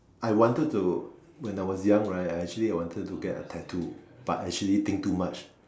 I wanted to when I was young right I actually I wanted to get a tattoo but actually think too much